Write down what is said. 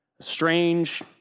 Strange